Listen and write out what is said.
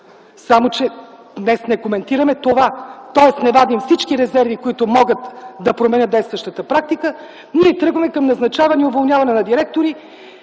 само че днес не коментираме това, тоест не вадим всички резерви, които могат да променят действащата практика. Ние тръгваме към назначаване и уволняване на директори